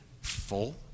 full